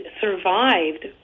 survived